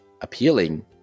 appealing